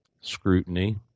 scrutiny